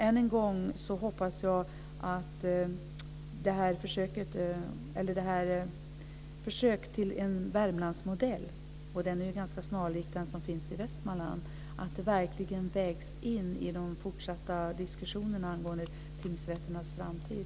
Än en gång hoppas jag därför att detta försök till en Värmlandsmodell - ganska snarlik den som finns i Västmanland - verkligen vägs in i de fortsatta diskussionerna angående tingsrätternas framtid.